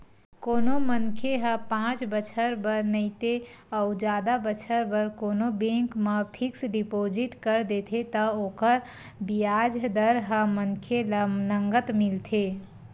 कोनो मनखे ह पाँच बछर बर नइते अउ जादा बछर बर कोनो बेंक म फिक्स डिपोजिट कर देथे त ओकर बियाज दर ह मनखे ल नँगत मिलथे